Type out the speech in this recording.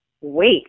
wait